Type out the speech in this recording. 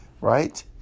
right